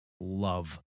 love